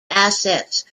assets